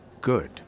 Good